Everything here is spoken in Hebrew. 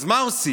אז מה עושים?